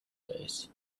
days